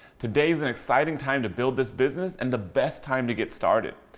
today's an exciting time to build this business and the best time to get started.